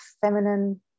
feminine